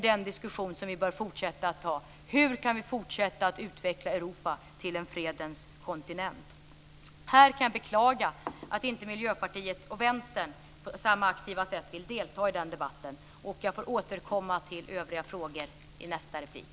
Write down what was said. Den diskussion som vi bör fortsätta att föra gäller hur vi ska kunna fortsätta att utveckla Europa till en fredens kontinent. Jag kan här beklaga att inte Miljöpartiet och Vänstern på samma aktiva sätt vill delta i den debatten. Jag får återkomma till övriga frågor i nästa replik.